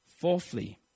Fourthly